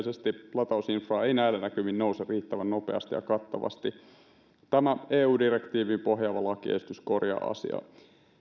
latausinfraa ei näillä näkymin nouse riittävän nopeasti ja kattavasti tämä eu direktiiviin pohjaava lakiesitys korjaa asiaa